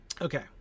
Okay